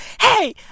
Hey